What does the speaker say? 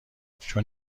چون